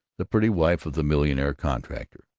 the pretty wife of the millionaire contractor.